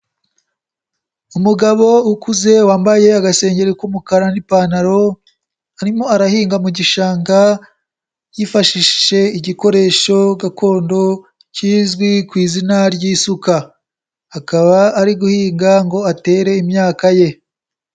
Umugabo ukuze wambaye agasengeri k'umukara n'ipantaro, arimo arahinga mu gishanga yifashishije igikoresho gakondo kizwi ku izina ry'isuka, akaba ari guhiga ngo atere imyaka ye.